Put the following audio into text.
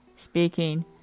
speaking